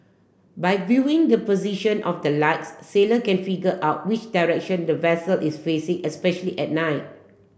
by viewing the position of the lights sailor can figure out which direction the vessel is facing especially at night